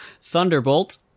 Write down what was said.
Thunderbolt